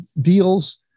deals